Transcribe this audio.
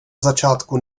začátku